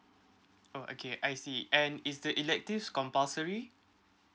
oh okay I see and is the electives compulsory